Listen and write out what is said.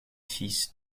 fils